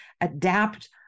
adapt